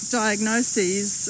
diagnoses